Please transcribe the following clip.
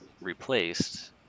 replaced